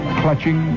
clutching